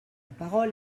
parole